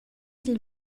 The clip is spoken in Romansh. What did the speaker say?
dil